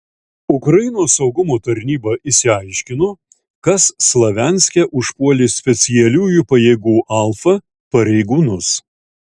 ukrainos saugumo tarnyba išsiaiškino kas slavianske užpuolė specialiųjų pajėgų alfa pareigūnus